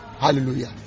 Hallelujah